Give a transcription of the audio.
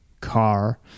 car